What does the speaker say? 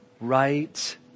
right